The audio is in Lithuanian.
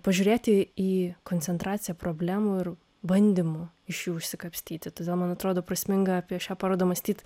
pažiūrėti į koncentraciją problemų ir bandymų iš jų išsikapstyti todėl man atrodo prasminga apie šią parodą mąstyt